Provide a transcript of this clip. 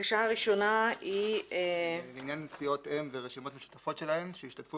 נצביע לעניין סיעות אם ורשימות משותפות שלהן שהשתתפו